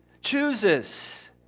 Chooses